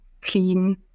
clean